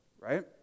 Right